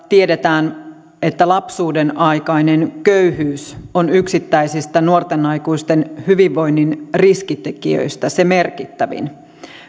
tiedetään että lapsuudenaikainen köyhyys on yksittäisistä nuorten aikuisten hyvinvoinnin riskitekijöistä se merkittävin